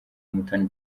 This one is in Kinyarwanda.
umutoni